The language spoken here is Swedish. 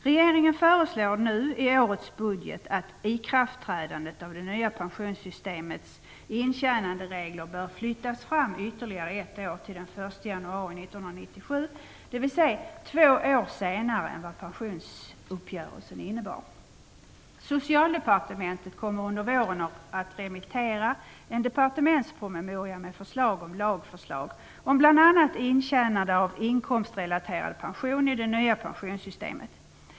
Regeringen föreslår nu i årets budget att ikraftträdandet av det nya pensionssystemets intjänanderegler bör flyttas fram ytterligare ett år, till den 1 januari 1997, dvs. två år senare än vad pensionsuppgörelsen innebar. Socialdepartementet kommer under våren att remittera en departementspromemoria med förslag om lagförslag om bl.a. intjänande av inkomstrelaterad pension i det nya pensionssystemet.